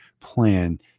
plan